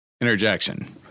Interjection